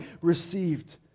received